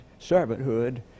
servanthood